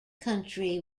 country